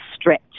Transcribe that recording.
stretch